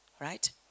right